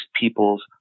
people's